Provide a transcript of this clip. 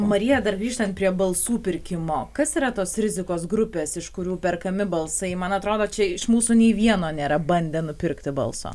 marija dar grįžtant prie balsų pirkimo kas yra tos rizikos grupės iš kurių perkami balsai man atrodo čia iš mūsų nei vieno nėra bandę nupirkti balso